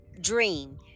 dream